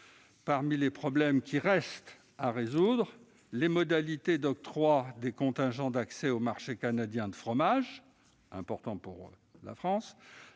Parmi les problèmes qui demeurent figurent les modalités d'octroi des contingents d'accès au marché canadien des fromages, lequel est important pour la France,